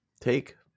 take